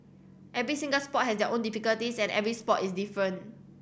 every single sport had their own difficulties and every sport is different